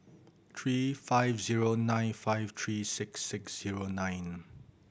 three five zero nine five three six six zero nine